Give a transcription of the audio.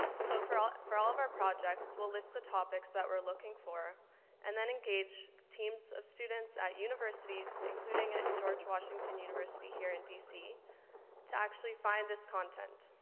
so for all for all of our projects, we'll list the topics that we're looking for and then engage teams of students at universities including at george washington university here in dc to actually find this content.